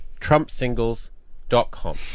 Trumpsingles.com